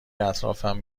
اطرافم